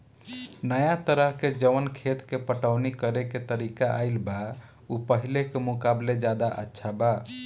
नाया तरह के जवन खेत के पटवनी करेके तरीका आईल बा उ पाहिले के मुकाबले ज्यादा अच्छा बा